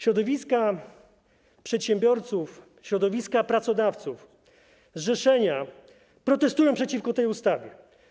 Środowiska przedsiębiorców, środowiska pracodawców, zrzeszenia protestują przeciwko tej ustawie.